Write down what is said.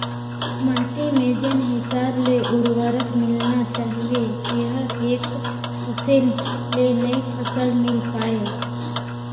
माटी में जेन हिसाब ले उरवरक मिलना चाहीए तेहर एक फसल ले नई फसल मिल पाय